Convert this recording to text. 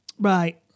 right